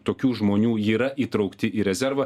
tokių žmonių yra įtraukti į rezervą